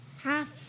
half